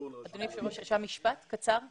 אדוני היושב ראש, משפט קצר מאוד.